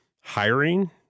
hiring